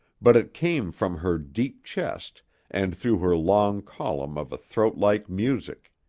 but it came from her deep chest and through her long column of a throat like music.